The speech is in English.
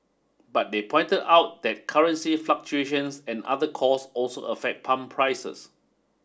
but they pointed out that currency fluctuations and other costs also affect pump prices